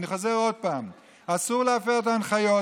אני חוזר עוד פעם: אסור להפר את ההנחיות,